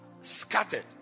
scattered